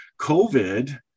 COVID